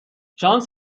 شانس